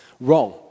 wrong